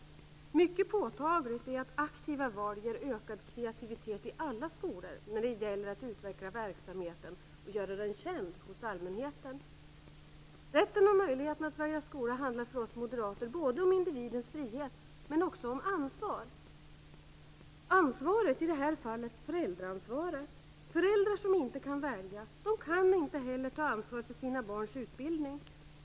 Det är mycket påtagligt att aktiva val medför ökad kreativitet i alla skolor när det gäller att utveckla verksamheten och göra den känd hos allmänheten. Rätten och möjligheten att välja skola handlar för oss moderater både om individens frihet och om ansvar, i det här fallet föräldraansvaret. Föräldrar som inte kan välja kan inte heller ta ansvar för sina barns utbildning.